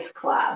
club